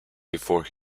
before